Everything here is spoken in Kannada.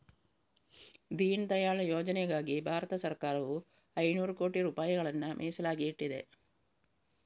ದೀನ್ ದಯಾಳ್ ಯೋಜನೆಗಾಗಿ ಭಾರತ ಸರಕಾರವು ಐನೂರು ಕೋಟಿ ರೂಪಾಯಿಗಳನ್ನ ಮೀಸಲಾಗಿ ಇಟ್ಟಿದೆ